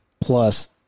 plus